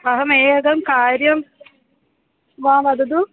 अहमेकं कार्यं वा वदामि